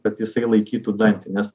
kad jisai laikytų dantį nes